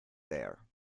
there